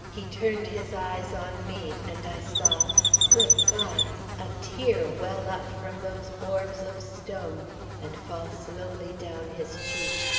he turned his eyes on me and i saw good god a tear well up from those orbs of stone and fall slowly down his cheek,